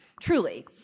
truly